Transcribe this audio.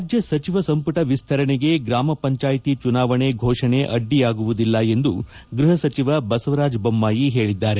ರಾಜ್ಞ ಸಚಿವ ಸಂಪುಟ ವಿಸ್ತರಣೆಗೆ ಗ್ರಾಮ ಪಂಚಾಯತಿ ಚುನಾವಣೆ ಘೋಷಣೆ ಅಡ್ಡಿಯಾಗುವುದಿಲ್ಲ ಎಂದು ಗ್ಯಪ ಸಚಿವ ಬಸವರಾಜ ಬೊಮ್ಮಾಯಿ ಹೇಳಿದ್ದಾರೆ